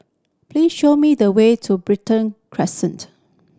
please show me the way to Brighton Crescent